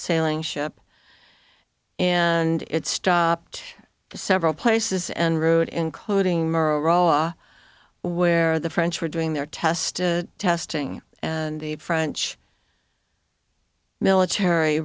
sailing ship and it stopped several places and rode including merola where the french were doing their test testing and the french military